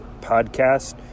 podcast